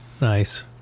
nice